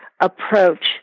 approach